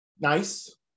Nice